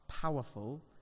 powerful